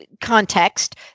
context